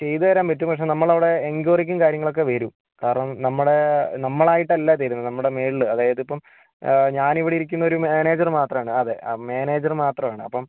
ചെയ്തു തരാൻ പറ്റും പക്ഷെ നമ്മളവിടെ എൻക്വയറിക്കും കാര്യങ്ങളൊക്കെ വെരും കാരണം നമ്മുടെ നമ്മളായിട്ടല്ല തരുന്നത് നമ്മുടെ മുകളില് അതായതിപ്പം ഞാനിവിടെ ഇരിക്കുന്ന ഒരു മാനേജർ മാത്രമാണ് അതെ മാനേജർ മാത്രമാണ് അപ്പം